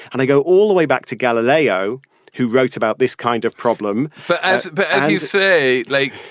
and i go all the way back to galileo who wrote about this kind of problem but as but as you say, like,